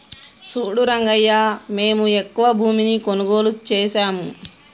సూడు రంగయ్యా మేము ఎక్కువ భూమిని కొనుగోలు సేసాము